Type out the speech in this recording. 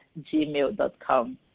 gmail.com